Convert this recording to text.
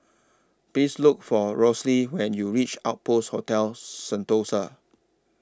Please Look For Rosalie when YOU REACH Outpost Hotel Sentosa